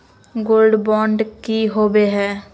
Gold bond की होबो है?